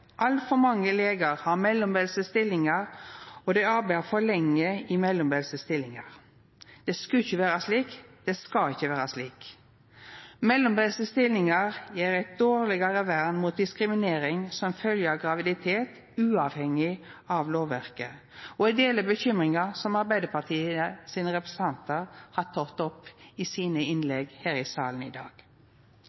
Altfor mange legar har mellombelse stillingar, og dei arbeider for lenge i mellombelse stillingar. Det skulle ikkje vera slik, og det skal ikkje vera slik. Mellombelse stillingar gjev eit dårlegare vern mot diskriminering som følgje av graviditet, uavhengig av lovverket, og eg deler den bekymringa som representantane frå Arbeidarpartiet har teke opp i innlegga sine